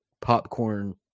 popcorn